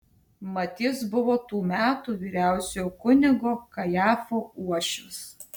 mat jis buvo tų metų vyriausiojo kunigo kajafo uošvis